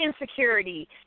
insecurity